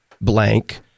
blank